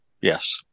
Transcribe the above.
Yes